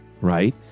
right